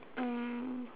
um